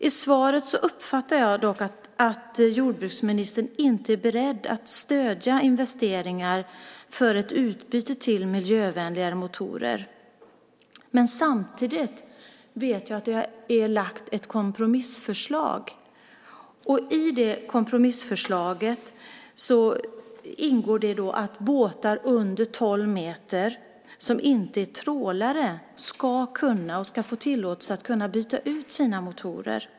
I svaret uppfattar jag dock att jordbruksministern inte är beredd att stödja investeringar för ett utbyte till miljövänligare motorer. Men samtidigt vet jag att det har lagts fram ett kompromissförslag. I detta kompromissförslag ingår det att båtar som är mindre än tolv meter och som inte är trålare ska få tillåtelse att byta ut sina motorer.